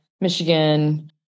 Michigan